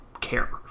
care